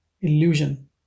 illusion